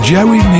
Joey